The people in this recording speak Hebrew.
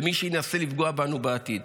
ולמי שינסה לפגוע בנו בעתיד.